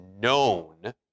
known